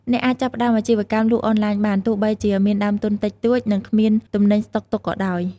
អ្នកអាចចាប់ផ្ដើមអាជីវកម្មលក់អនឡាញបាន ទោះបីជាមានដើមទុនតិចតួច និងគ្មានទំនិញស្តុកទុកក៏ដោយ។